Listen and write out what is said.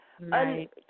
Right